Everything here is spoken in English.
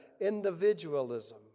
individualism